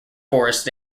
forest